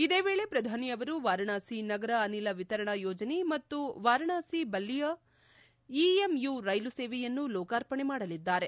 ಇದೇ ವೇಳೆ ಪ್ರಧಾನಿಯವರು ವಾರಣಾಸಿ ನಗರ ಅನಿಲ ವಿತರಣಾ ಯೋಜನೆ ಮತ್ತು ವಾರಣಾಸಿ ಬಲ್ಲಿಯಾ ಇಎಂಯು ರೈಲು ಸೇವೆಯನ್ನು ಲೋಕಾರ್ಪಣೆ ಮಾಡಲಿದ್ದಾರೆ